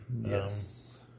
Yes